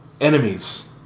enemies